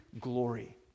glory